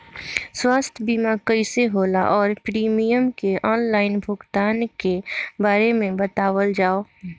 स्वास्थ्य बीमा कइसे होला और प्रीमियम के आनलाइन भुगतान के बारे में बतावल जाव?